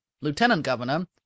Lieutenant-Governor